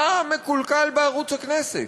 מה מקולקל בערוץ הכנסת?